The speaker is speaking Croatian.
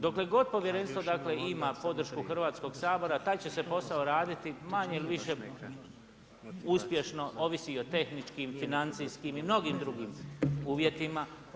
Dokle god povjerenstvo dakle ima podršku Hrvatskoga sabora taj će se posao raditi manje ili više uspješno, ovisi i o tehničkim, financijskim i mnogim drugim uvjetima.